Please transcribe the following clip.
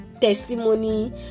testimony